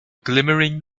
glimmering